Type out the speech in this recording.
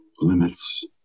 limits